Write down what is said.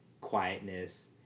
quietness